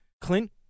Clint